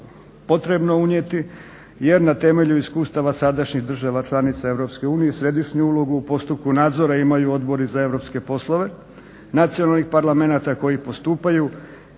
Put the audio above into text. potrebno unijeti jer na temelju iskustava sadašnjih država članica EU središnju ulogu u postupku nadzora imaju odbori za europske poslove nacionalnih parlamenata koji postupaju